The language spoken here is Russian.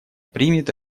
примет